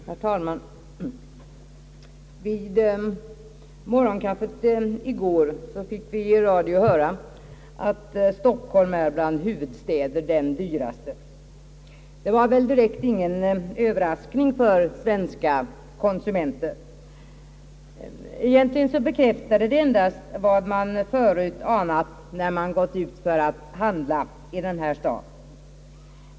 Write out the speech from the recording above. Herr talman! Vid morgonkaffet i går fick vi i radio höra att Stockholm är bland huvudstäder den dyraste. Det var väl ingen direkt överraskning för svenska konsumenter; egentligen bekräftade det endast vad man förut anat när man gått ut för att handla i den här staden.